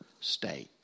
state